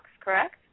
correct